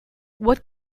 what